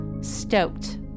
stoked